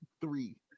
Three